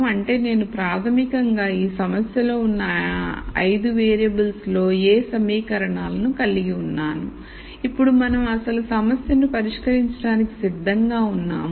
అంటే నేను ప్రాథమికంగా ఈ సమస్య లో ఉన్న 5 వేరియబుల్స్లో A సమీకరణాలను కలిగి ఉన్నాను ఇప్పుడు మనం అసలు సమస్యను పరిష్కరించడానికి సిద్ధంగా ఉన్నాము